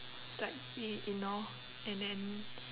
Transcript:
it's like we ignore and then